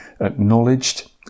acknowledged